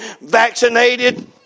vaccinated